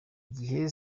gihe